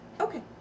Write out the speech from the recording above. Okay